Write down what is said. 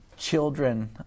children